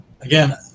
again